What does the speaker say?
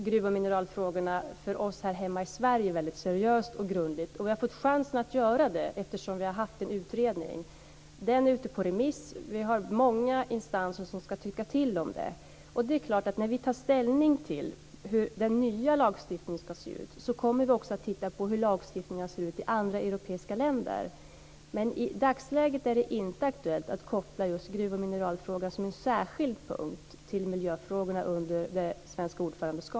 Herr talman! Just nu bereder vi gruv och mineralfrågorna för oss här hemma i Sverige väldigt seriöst och grundligt. Vi har fått chansen att göra det eftersom vi haft en utredning. Denna är nu ute på remiss och det är många instanser som ska tycka till. Det är klart att vi, när vi tar ställning till hur den nya lagstiftningen ska se ut, också kommer att titta på hur lagstiftningen ser ut i andra europeiska länder. Men i dagsläget är det inte aktuellt att under det svenska EU-ordförandeskapet som en särskild punkt koppla just gruv och mineralfrågor till miljöfrågorna.